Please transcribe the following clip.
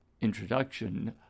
introduction